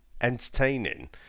entertaining